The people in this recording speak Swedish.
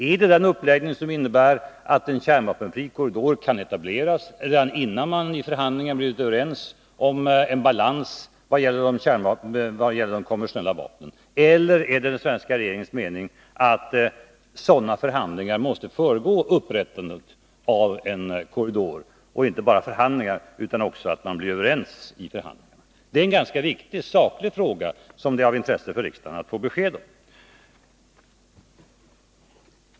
Är det den uppläggning som innebär att en kärnvapenfri korridor kan etableras redan innan man i förhandlingar blivit överens om en balans vad gäller de konventionella vapnen, eller är det den svenska regeringens mening att sådana förhandlingar — och att man blir överens i förhandlingarna — måste föregå upprättandet av en korridor? Det är en ganska viktig fråga, som det är av intresse för riksdagen att få besked om.